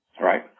right